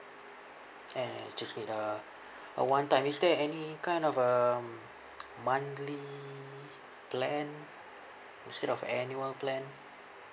and just need a a one time is there any kind of um monthly plan instead of annual plan